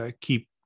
keep